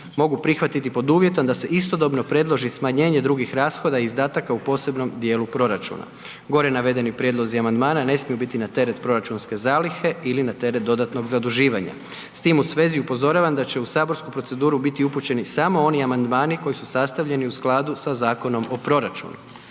mogu prihvatiti pod uvjetom da se istodobno predloži smanjenje drugih rashoda i izdataka u posebnom dijelu proračuna. Gore navedeni prijedlozi amandmana ne smiju biti na teret proračunske zalihe ili na teret dodatnog zaduživanja. S tim u vezi upozoravam da će u saborsku proceduru biti upućeni samo oni amandmani koji su sastavljeni u skladu sa Zakonom o proračunu.